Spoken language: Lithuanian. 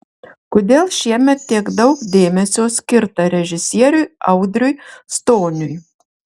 kodėl šiemet tiek daug dėmesio skirta režisieriui audriui stoniui